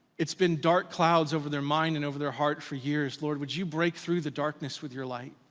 it's been dark clouds over their mind and over their heart for years. lord, would you break through the darkness with your light?